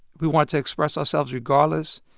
we wanted to express ourselves regardless.